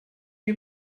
you